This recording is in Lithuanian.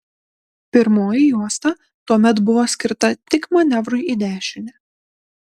pirmoji juosta tuomet buvo skirta tik manevrui į dešinę